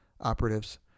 operatives